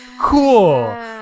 cool